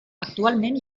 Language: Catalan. actualment